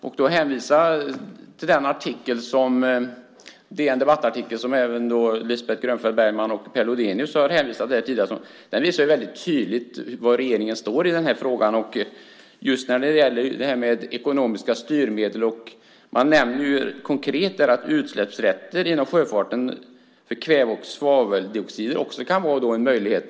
Jag kan hänvisa till den debattartikel på DN Debatt som även Lisbeth Grönfeldt Bergman och Per Lodenius hänvisade till här tidigare. Där framgår väldigt tydligt var regeringen står i denna fråga just när det gäller ekonomiska styrmedel. Man nämner konkret att en möjlighet kan vara att inom sjöfarten driva frågan om utsläppsrätter för kväve och svaveldioxider.